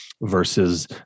versus